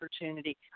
opportunity